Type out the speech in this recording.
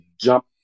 jump